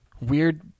weird